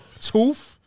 tooth